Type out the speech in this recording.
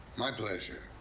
my pleasure.